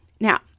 Now